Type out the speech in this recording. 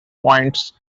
points